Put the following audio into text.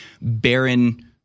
barren